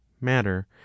Matter